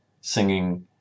singing